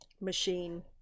machine